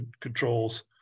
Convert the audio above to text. controls